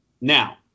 Now